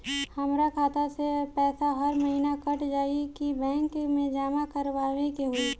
हमार खाता से पैसा हर महीना कट जायी की बैंक मे जमा करवाए के होई?